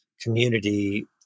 community